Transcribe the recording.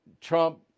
Trump